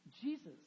Jesus